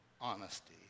honesty